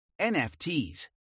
NFTs